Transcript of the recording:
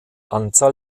anzahl